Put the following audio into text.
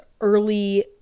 early